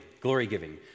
Glory-giving